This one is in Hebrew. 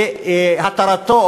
והתרתו,